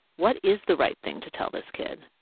what is the right thing to tell this kid?